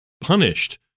punished